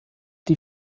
die